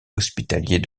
hospitaliers